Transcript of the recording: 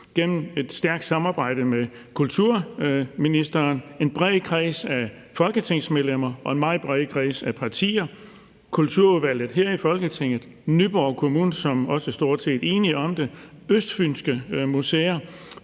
gennem et stærkt samarbejde med kulturministeren, en bred kreds af folketingsmedlemmer og en meget bred kreds af partier, Kulturudvalget her i Folketinget, Nyborg Kommune, som også er stort set enige om det, Østfyns Museer,